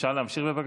אפשר להמשיך, בבקשה?